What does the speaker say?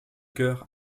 chœur